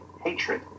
hatred